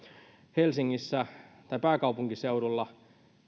pääkaupunkiseudulla